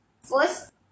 First